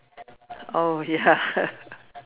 oh ya